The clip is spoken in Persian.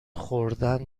خوردن